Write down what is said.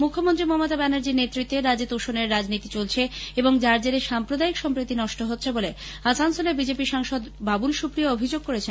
মুখ্যমন্ত্রী মমতা ব্যানার্জীর নেতৃত্বে রাজ্যে তোষণের রাজনীতি চলছে এবং যার জেরে সাম্প্রদায়িক সম্প্রীতি নষ্ট হচ্ছে বলে আসানসোলের বিজেপি সাংসদ বাবুল সুপ্রীয় অভিযোগ করেছেন